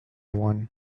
one